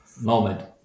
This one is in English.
moment